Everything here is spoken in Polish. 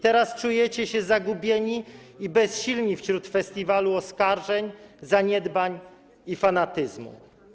Teraz czujecie się zagubieni i bezsilni w tym festiwalu oskarżeń, zaniedbań i fanatyzmu.